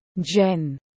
Jen